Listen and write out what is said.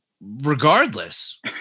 Regardless